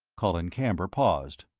colin camber paused.